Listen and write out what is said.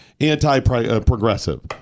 Anti-progressive